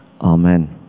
Amen